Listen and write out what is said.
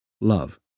love